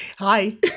Hi